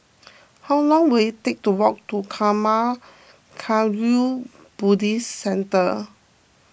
how long will it take to walk to Karma Kagyud Buddhist Centre